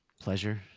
Pleasure